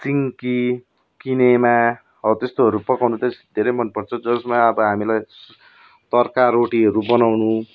सिन्की किनेमा हौ तेस्तोहरू पकाउनु चाहिँ धेरै मन पर्छ जसमा अब हामीलाई तर्का रोटीहरू बनाउनु